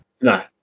No